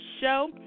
show